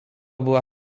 była